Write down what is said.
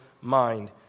mind